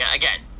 again